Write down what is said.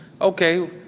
Okay